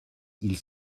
ils